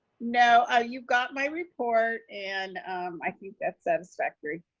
no, ah you've got my report and i think that's satisfactory,